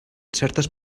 certes